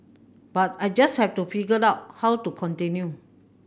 but I just had to figure out how to continue